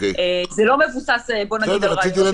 זה לא מבוסס על רעיונות אפידמיולוגיים.